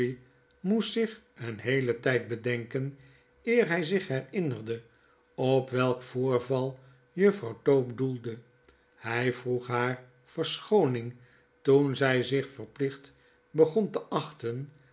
moest zich een heelen tijd bedenken eer hij zich herinnerdeop welkvoorval juffrouw tope doelde hij vroeg haar verschooning toen zij zich verplicht begon te achten